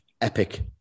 epic